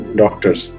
doctors